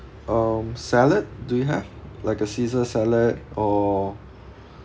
um salad do you have like a caesar salad or